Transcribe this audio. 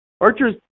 Archer's